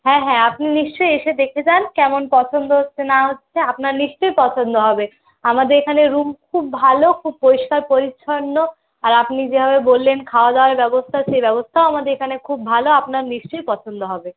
হ্যাঁ হ্যাঁ আপনি নিশ্চয়ই এসে দেখে যান কেমন পছন্দ হচ্ছে না হচ্ছে আপনার নিশ্চয়ই পছন্দ হবে আমাদের এখানে রুম খুব ভালো খুব পরিষ্কার পরিচ্ছন্ন আর আপনি যেভাবে বললেন খাওয়া দাওয়ার ব্যবস্থা সে ব্যবস্থাও আমাদের এখানে খুব ভালো আপনার নিশ্চয়ই পছন্দ হবে